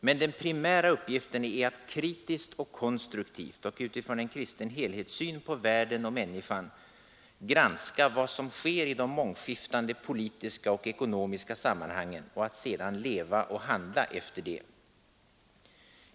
Men den primära uppgiften är att kritiskt och konstruktivt och utifrån en kristen helhetssyn på världen och människan granska vad som sker i de mångskiftande politiska och ekonomiska sammanhangen och att sedan leva och handla efter det.